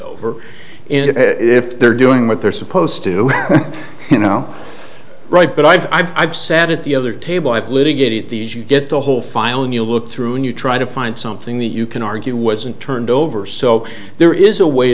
over in if they're doing what they're supposed to do you know right but i've sat at the other table i've litigated these you get the whole file and you look through and you try to find something that you can argue wasn't turned over so there is a way